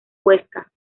huesca